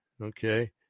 Okay